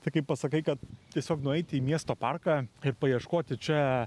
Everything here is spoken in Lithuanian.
tai kai pasakai kad tiesiog nueiti į miesto parką ir paieškoti čia